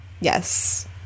Yes